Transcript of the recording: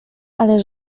ale